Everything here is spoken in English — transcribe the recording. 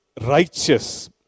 righteous